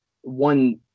one